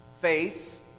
faith